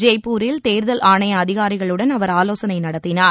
ஜெய்ப்பூரில் தேர்தல் ஆணைய அதிகாரிகளுடன் அவர் ஆலோசனை நடத்தினார்